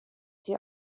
die